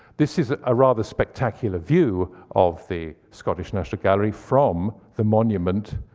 this is a rather spectacular view of the scottish national gallery from the monument.